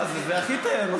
מה זה, זה הכי תיירות.